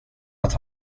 att